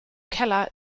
keller